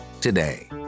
today